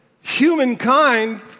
humankind